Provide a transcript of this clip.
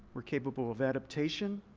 we're capable of adaptation.